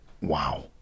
Wow